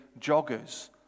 joggers